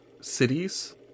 cities